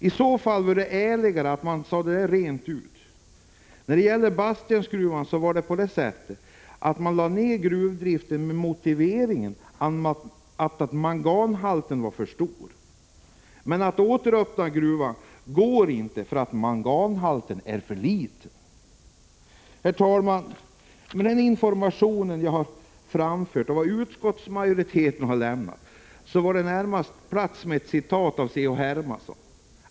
I så fall vore det ärligare att säga det rent ut. När det gäller Basttjärnsgruvan förhöll det sig så, att man lade ned gruvdriften med motiveringen att manganhalten var för hög. Men att åter öppna gruvan går inte, därför att manganhalten är för låg. Herr talman! Med tanke på den information jag har framfört och den som utskottsmajoriteten har lämnat är det närmast på sin plats att travestera Prot. 1985/86:125 C.-H.